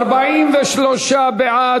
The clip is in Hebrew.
(עבירות ושיפוט) (תיקון מס' 4 והוראת